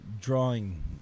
drawing